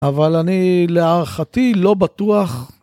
אבל אני להערכתי לא בטוח.